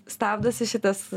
stabdosi šitas